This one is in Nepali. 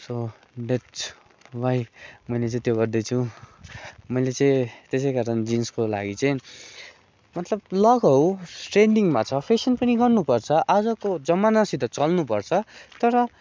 सो द्याट्स वाइ मैले चाहिँ त्यो गर्दैछु मैले चाहिँ त्यसै कारण जिन्सको लागि चाहिँ मतलब लगाउ ट्रेन्डिङमा छ फेसन पनि गर्नुपर्छ आजको जमानासित चल्नुपर्छ तर